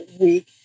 Week